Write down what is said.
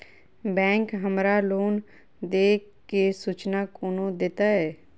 Bank हमरा loan देय केँ सूचना कोना देतय?